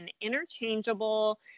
interchangeable